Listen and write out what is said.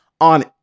on